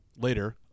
later